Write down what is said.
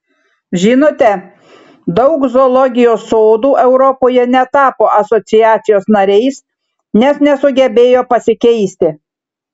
žinote daug zoologijos sodų europoje netapo asociacijos nariais nes nesugebėjo pasikeisti